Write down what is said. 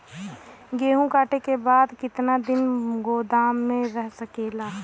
गेहूँ कांटे के बाद कितना दिन तक गोदाम में रह सकेला?